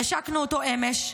והשקנו אותו אמש: